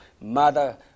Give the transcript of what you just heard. Mother